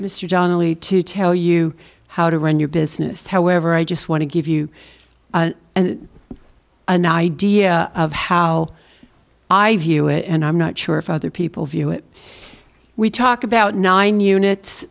mr donnelly to tell you how to run your business however i just want to give you an idea of how i view it and i'm not sure if other people view it we talk about nine units